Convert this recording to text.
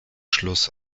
schluss